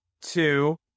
Two